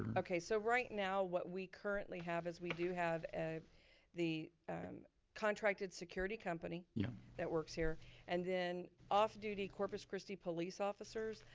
okay, so right now what we currently have is we do have ah the and contracted security company that works here and then off duty corpus christi police officers.